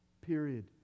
Period